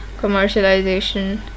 commercialization